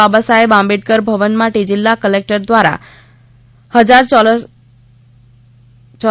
બાબાસાહેબ આંબેડકર ભવન માટે જિલ્લા કલેક્ટર દ્રારા હજાર ચો